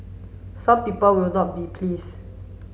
some people will not be please